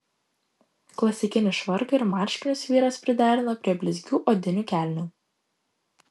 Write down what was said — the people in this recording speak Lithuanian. klasikinį švarką ir marškinius vyras priderino prie blizgių odinių kelnių